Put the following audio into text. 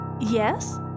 Yes